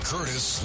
Curtis